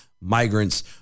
migrants